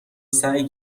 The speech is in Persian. سعی